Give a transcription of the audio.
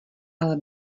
ale